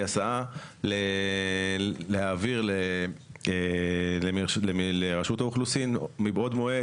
הסעה להעביר לרשות האוכלוסין מבעוד מועד,